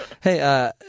hey